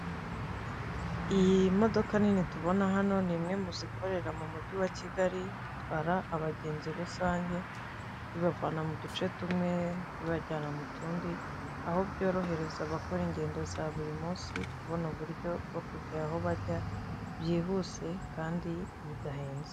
Iyi modoka nini tubona hano ni imwe muzikorera mu mujyi wa Kigali zitwara abagenzi rusange bibavana mu duce tumwe bibajyana mu tundi aho byorohereza abakora ingendo za buri munsi kubona uburyo bwo kugera aho bajya byihuse kandi bidahenze.